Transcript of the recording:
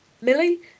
Millie